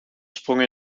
sprong